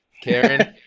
Karen